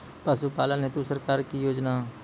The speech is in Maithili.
पशुपालन हेतु सरकार की योजना?